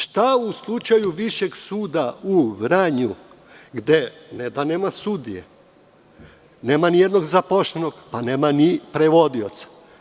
Šta u slučaju Višeg suda u Vranju, gde ne da nema sudije, već nema nijednog zaposlenog, a nema ni prevodioca?